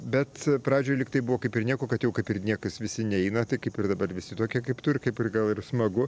bet pradžioj lyg tai buvo kaip ir nieko kad jau kaip ir niekas visi neina tai kaip ir dabar visi tokie kaip tu ir kaip ir gal ir smagu